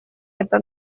это